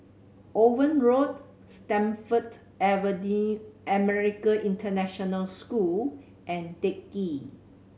Owen Road Stamford American International School and Teck Ghee